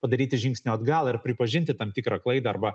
padaryti žingsnio atgal ir pripažinti tam tikrą klaidą arba